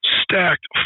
stacked